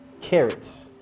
carrots